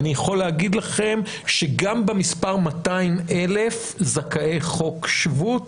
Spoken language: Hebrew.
אני יכול להגיד לכם שגם במספר 200,000 זכאי חוק שבות,